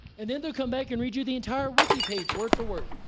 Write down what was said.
and then they'll come back and read you the entire wikipedia page, word for word.